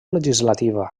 legislativa